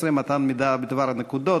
115) (מתן מידע בדבר נקודות),